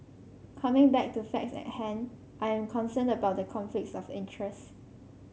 coming back to facts at hand I am concerned about the conflicts of interest